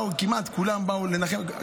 כמעט כולם באו לנחם,